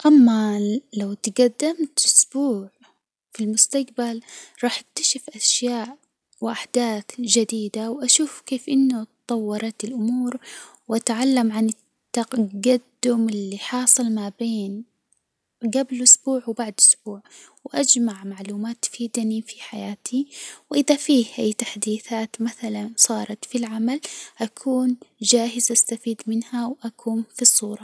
أما لو تجدمتُ أسبوع في المستجبل، راح أكتشف أشياء وأحداث جديدة، وأشوف كيف إنه تطورت الأمور وأتعلم عن التجدّم اللي حاصل ما بين جبل أسبوعٍ وبعد أسبوع، وأجمع معلومات تفيدني في حياتي، وإذا في أي تحديثات مثلاً صارت في العمل، أكون جاهز أستفيد منها وأكون في الصورة.